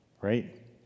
right